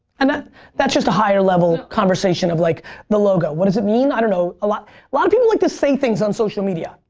and that's just a higher level conversation of like the logo. what does it mean? i don't know. a lot of people like to say things on social media.